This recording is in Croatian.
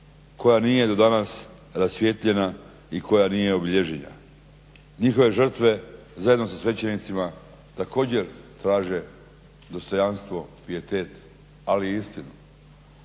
koja nije do danas rasvijetljena i koja nije obilježena. Njihove žrtve zajedno sa svećenicima također traže dostojanstvo pijetet ali i istinu.